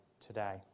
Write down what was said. today